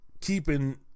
keeping